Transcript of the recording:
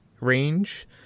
range